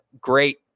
great